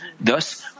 Thus